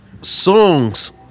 songs